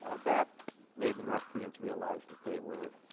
ah that made the north koreans realize that they were